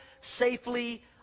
safely